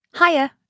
Hiya